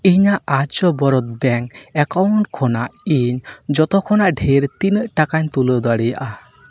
ᱤᱧᱟᱹᱜ ᱟᱨᱡᱚ ᱵᱚᱨᱚᱛ ᱵᱮᱝᱠ ᱮᱠᱟᱣᱩᱱᱴ ᱠᱷᱚᱱᱟᱜ ᱤᱧ ᱡᱚᱛᱚ ᱠᱷᱚᱱᱟᱜ ᱰᱷᱮᱨ ᱛᱤᱱᱟᱹᱜ ᱴᱟᱠᱟᱧ ᱛᱩᱞᱟᱹᱣ ᱫᱟᱲᱮᱭᱟᱜᱼᱟ